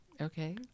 Okay